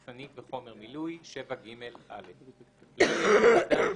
מחסנית וחומר מילוי 7ג. (א)לא ייצר אדם,